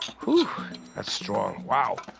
whew, that's strong, wow.